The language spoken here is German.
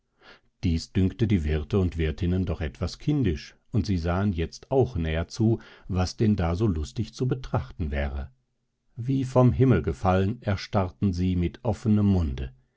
dies dünkte die wirte und wirtinnen doch etwas kindisch und sie sahen jetzt auch näher zu was denn da so lustig zu betrachten wäre wie vom himmel gefallen erstarrten sie mit offenem munde